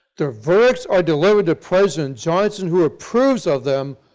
the verdicts are delivered to president johnson, who approves of them,